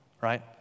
right